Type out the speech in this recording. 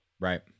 Right